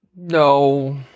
no